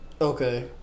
Okay